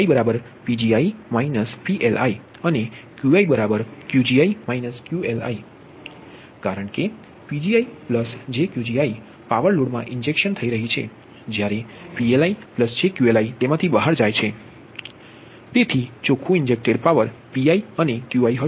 Pi Pgi PLi અને Qi Qgi QLi કારણ કે Pgi jQqiપાવર લોડ માં ઇન્જેક્શન થઈ રહી છે જ્યારે PLi jQLi તેમાંથી બહાર જાય છે તેથી ચોખ્ખું ઇન્જેક્ટેડ પાવર Pi અને Qi હશે